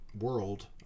world